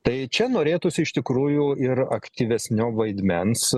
tai čia norėtųsi iš tikrųjų ir aktyvesnio vaidmens